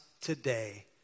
today